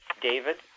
David